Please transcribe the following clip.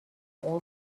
all